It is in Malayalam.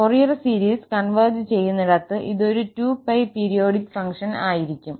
ഫൊറിയർ സീരീസ് കൺവെർജ് ചെയ്യുന്നിടത് ഇതൊരു 2𝜋 പീരിയോഡിക് ഫംഗ്ഷൻ ആയിരിക്കും